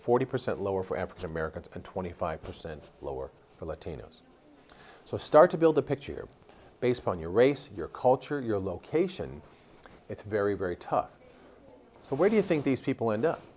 forty percent lower for african americans and twenty five percent lower for latinos so start to build a picture based on your race your culture your location it's very very tough so where do you think these people end up